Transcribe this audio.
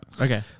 Okay